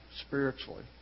spiritually